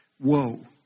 whoa